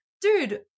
dude